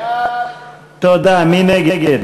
מי נגד?